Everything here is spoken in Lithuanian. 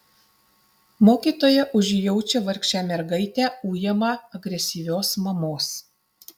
mokytoja užjaučia vargšę mergaitę ujamą agresyvios mamos